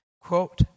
quote